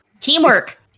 teamwork